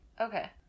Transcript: Okay